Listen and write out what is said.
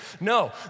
No